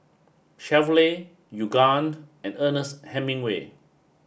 Chevrolet Yoogane and Ernest Hemingway